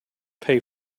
pay